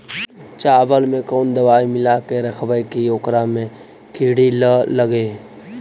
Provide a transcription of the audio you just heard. चावल में कोन दबाइ मिला के रखबै कि ओकरा में किड़ी ल लगे?